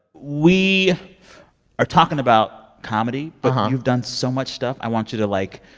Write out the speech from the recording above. we are talking about comedy, but you've done so much stuff. i want you to, like,